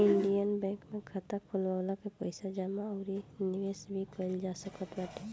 Indian bank में खाता खोलवा के पईसा जमा अउरी निवेश भी कईल जा सकत बाटे